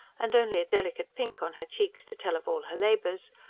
and only a delicate pink on her cheeks to tell of all her labours,